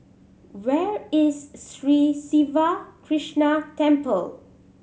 where is Sri Siva Krishna Temple